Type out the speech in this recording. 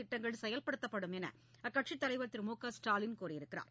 திட்டங்கள் செயல்படுத்தப்படும் என்று அக்கட்சி தலைவர் திரு மு க ஸ்டாலின் கூறியுள்ளார்